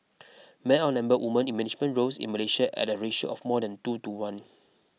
men outnumber women in management roles in Malaysia at a ratio of more than two to one